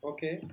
Okay